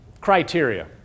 criteria